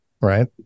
Right